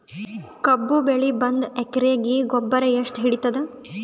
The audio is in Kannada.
ಕಬ್ಬು ಬೆಳಿ ಒಂದ್ ಎಕರಿಗಿ ಗೊಬ್ಬರ ಎಷ್ಟು ಹಿಡೀತದ?